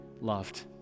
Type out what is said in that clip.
loved